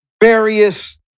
various